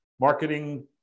marketing